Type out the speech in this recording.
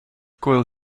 coil